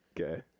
Okay